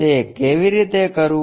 તે કેવી રીતે કરવું